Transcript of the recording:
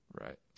Right